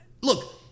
look